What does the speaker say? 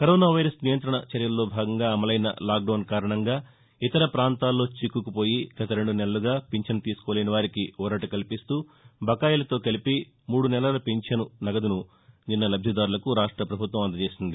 corona virus నియంతణ చర్యల్లో భాగంగా అమలైన లాక్డౌన్ కారణంగా ఇతర ప్రాంతాల్లో చిక్కుకుపోయి గత రెండు నెలలుగా పింఛను తీసుకోలేనివారికి ఊరట కల్పిస్తూ బకాయిలతో కలిపి మూడు నెలల ఫించను నగదును నిన్న లబ్దిదారులకు రాష్ట ప్రభుత్వం అందచేసింది